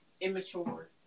immature